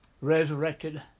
resurrected